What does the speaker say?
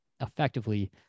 effectively